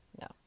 No